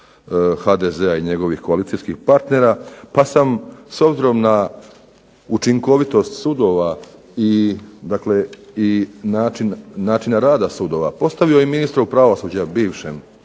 HDZ-a i njegovih koalicijskih partnera pa sam s obzirom na učinkovitost sudova i dakle i načina rada sudova postavio i ministru pravosuđa bivšem,